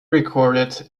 recorded